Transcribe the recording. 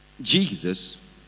Jesus